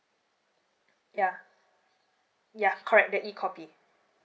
ya ya correct the E copy